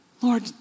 Lord